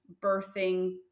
birthing